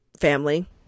family